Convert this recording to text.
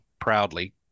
proudly